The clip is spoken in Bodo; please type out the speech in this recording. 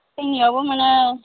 जोंनिआवबो मोनो